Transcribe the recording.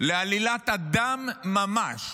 לעלילת הדם ממש